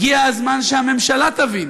הגיע הזמן שהממשלה תבין